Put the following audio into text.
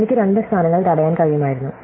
എനിക്ക് രണ്ട് സ്ഥാനങ്ങൾ തടയാൻ കഴിയുമായിരുന്നു